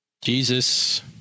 Jesus